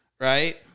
right